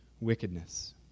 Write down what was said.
wickedness